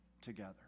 together